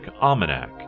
Almanac